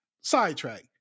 sidetrack